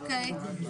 טוב.